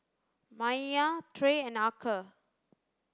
Maia Trey and Archer